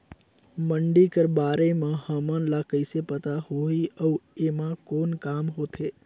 मंडी कर बारे म हमन ला कइसे पता होही अउ एमा कौन काम होथे?